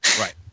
Right